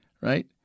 Right